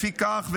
לפיכך,